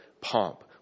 pomp